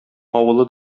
авылы